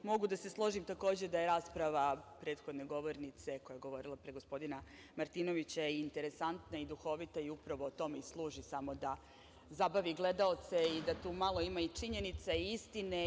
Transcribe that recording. Mogu da se složim, takođe, da je rasprava prethodne govornice koja je govorila pre gospodina Martinovića interesantna i duhovita i upravo tome služi, samo da zabavi gledaoce i da tu malo ima i činjenica i istine.